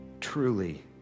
truly